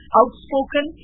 outspoken